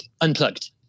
unplugged